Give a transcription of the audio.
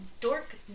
dork